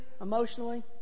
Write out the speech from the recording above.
emotionally